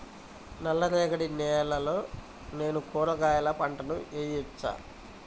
నల్ల రేగడి నేలలో నేను కూరగాయల పంటను వేయచ్చా?